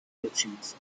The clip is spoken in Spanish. próximas